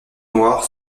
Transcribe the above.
noir